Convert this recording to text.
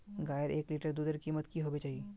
गायेर एक लीटर दूधेर कीमत की होबे चही?